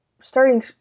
starting